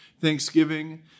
Thanksgiving